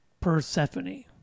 Persephone